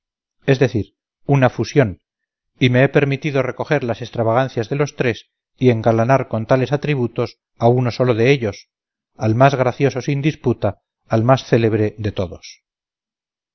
es decir una fusión y me he permitido recoger las extravagancias de los tres y engalanar con tales atributos a uno solo de ellos al más gracioso sin disputa al más célebre de todos